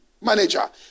Manager